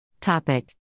Topic